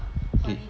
okay